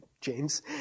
James